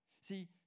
See